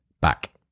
back